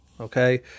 Okay